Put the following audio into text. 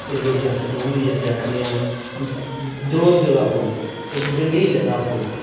एह्दे च अस डोगरी च इक आखने आं दबुंजे दा फुल्ल इक गंडीले दा फुल्ल